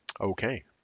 Okay